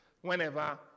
whenever